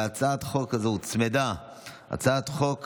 להצעת החוק הזאת הוצמדה הצעת חוק